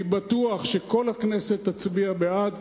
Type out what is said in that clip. אני בטוח שכל הכנסת תצביע בעד.